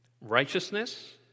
righteousness